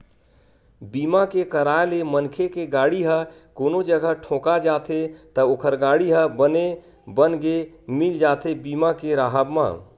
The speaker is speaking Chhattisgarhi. बीमा के कराय ले मनखे के गाड़ी ह कोनो जघा ठोका जाथे त ओखर गाड़ी ह बने बनगे मिल जाथे बीमा के राहब म